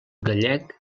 gallec